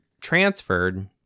transferred